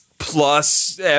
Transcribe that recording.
Plus